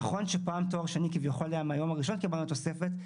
נכון שפעם על תואר שני מהיום הראשון קיבלנו תוספת,